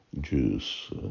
juice